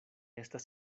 estas